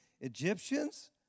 Egyptians